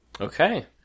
Okay